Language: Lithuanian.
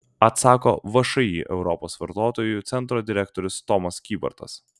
atsako všį europos vartotojų centro direktorius tomas kybartas